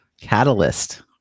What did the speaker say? catalyst